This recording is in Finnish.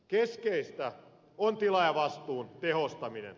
keskeistä on tilaajavastuun tehostaminen